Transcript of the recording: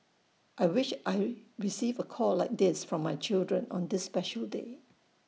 I wish I receive A call like this from my children on this special day